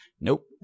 Nope